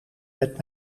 met